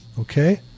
Okay